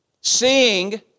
Seeing